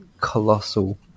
colossal